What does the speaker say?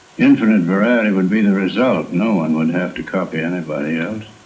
infinite variety would be the result. no one would have to copy anybody else.